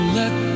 let